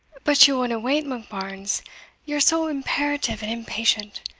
but ye winna wait, monkbarns ye are so imperative and impatient